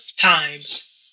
times